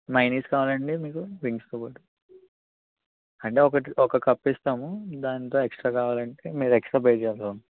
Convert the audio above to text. mayonnaise కావాలండి మీకు వింగ్స్తో పాటు అంటే ఒకటి ఒక కప్పు ఇస్తాము దాంతో ఎక్స్ట్రా కావాలంటే మీరు ఎక్స్ట్రా పే చేయాలి